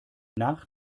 nach